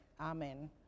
amen